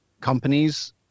companies